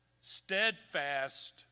steadfast